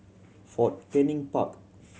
Fort Canning Park